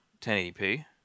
1080p